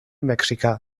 mexicà